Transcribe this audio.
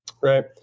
Right